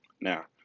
now